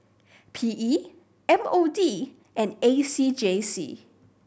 P E M O D and A C J C